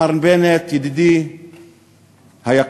מר בנט, ידידי היקר,